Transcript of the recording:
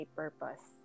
purpose